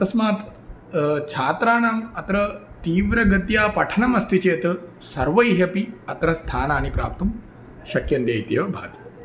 तस्मात् छात्राणाम् अत्र तीव्रगत्या पठनमस्ति चेत् सर्वैः अपि अत्र स्थानानि प्राप्तुं शक्यन्ते इत्येव भाति